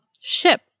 ship